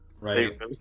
Right